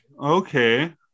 Okay